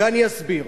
ואני אסביר.